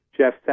Jeff